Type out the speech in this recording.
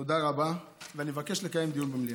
תודה רבה, ואני מבקש לקיים דיון במליאה.